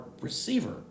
receiver